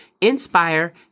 inspire